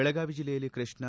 ಬೆಳಗಾವಿ ಜಿಲ್ಲೆಯಲ್ಲಿ ಕೃಷ್ಣ